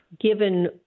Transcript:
given